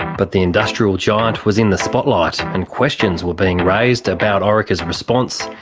but the industrial giant was in the spotlight and questions were being raised about orica's response,